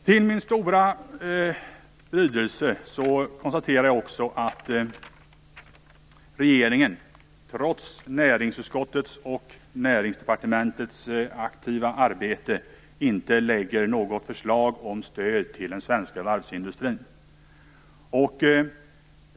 Till min stora besvikelse konstaterar jag också att regeringen trots näringsutskottets och Näringsdepartementets aktiva arbete inte lägger fram något förslag om stöd till den svenska varvsindustrin.